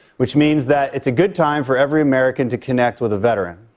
which means that it's a good time for every american to connect with a veteran,